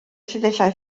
llinellau